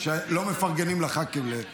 אופיר, למה הם מתנגדים?